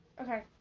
Okay